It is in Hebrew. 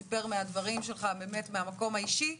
סיפר באמת מהמקום האישי באמת,